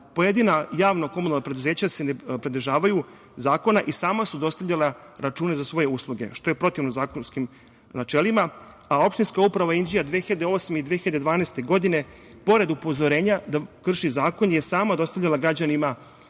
pojedina javna komunalna preduzeća se ne pridržavaju zakona i sama su dostavljala račune za svoje usluge, što je protivno zakonskim načelima. Opštinska uprava Inđija, 2008. i 2012. godine, pored upozorenja da krši zakon je sama dostavljala građanima